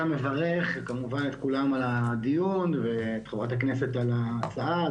אני כמובן מברך כמובן את כולם הדיון וחברת הכנסת על ההצעה.